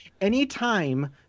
anytime